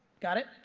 got it?